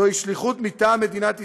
"זוהי שליחות מטעם מדינת ישראל?",